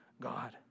God